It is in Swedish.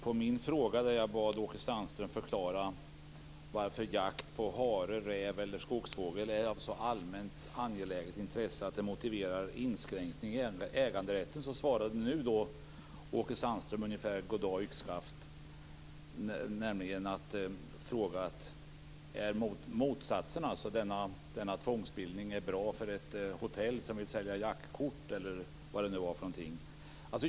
Fru talman! Jag bad Åke Sandström förklara varför jakt på hare, räv eller skogsfågel är av så allmänt intresse och så angeläget att det motiverar inskränkt äganderätt. Åke Sandströms svar är ungefär goddagyxskaft. Han svarar nämligen med en fråga om denna tvångsbildning är bra för ett hotell som vill sälja jaktkort, eller vad det nu var.